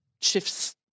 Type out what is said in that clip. shifts